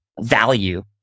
value